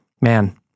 man